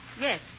yes